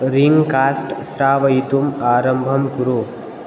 रिङ्ग्कास्ट् श्रावयितुम् आरम्भं कुरु